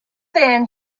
then